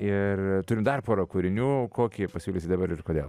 na ir turim dar pora kūrinių kokį pasiūlysi dabar ir kodėl